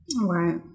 Right